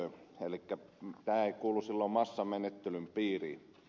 elikkä tämä ei kuulu silloin massamenettelyn piiriin